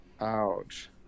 Ouch